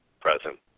present